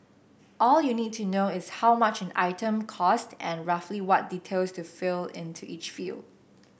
all you need to know is how much an item costs and roughly what details to fill into each field